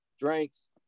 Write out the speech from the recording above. drinks